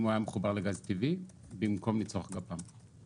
הוא היה מחובר לגז טבעי במקום לצרוך גפ"מ.